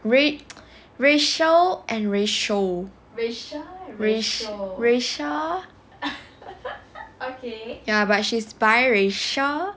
rac~ racial and ratio racial ya but she is biracial